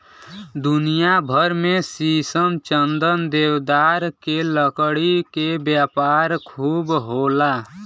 दुनिया भर में शीशम, चंदन, देवदार के लकड़ी के व्यापार खूब होला